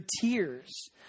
tears